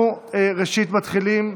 אנחנו ראשית מתחילים,